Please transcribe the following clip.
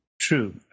True